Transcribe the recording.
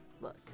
look